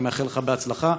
אני מאחל לך הצלחה,